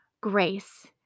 grace